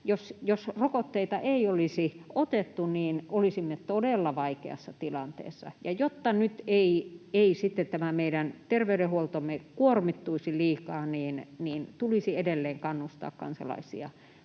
jos rokotteita ei olisi otettu, niin olisimme todella vaikeassa tilanteessa. Ja jotta nyt ei tämä meidän terveydenhuoltomme kuormittuisi liikaa, niin tulisi edelleen kannustaa kansalaisia